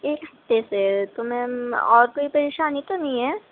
ایک ہفتے سے ہے تو میم اور کوئی پریشانی تو نہیں ہے